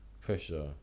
pressure